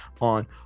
on